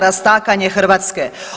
rastakanje Hrvatske“